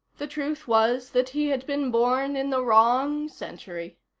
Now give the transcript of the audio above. the truth was that he had been born in the wrong century.